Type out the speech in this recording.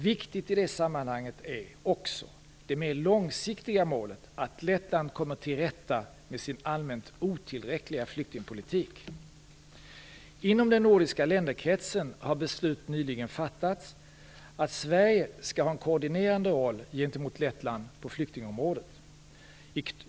Viktigt i det sammanhanget är också det mer långsiktiga målet att Lettland kommer tillrätta med sin allmänt otillräckliga flyktingpolitik. Inom den nordiska länderkretsen har beslut nyligen fattats att Sverige skall ha en koordinerande roll gentemot Lettland på flyktingområdet.